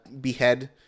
behead